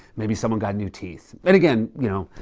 maybe, someone got new teeth. and, again, you know,